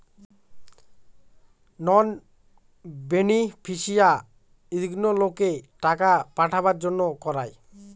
নন বেনিফিশিয়ারিগুলোকে টাকা পাঠাবার জন্য করায়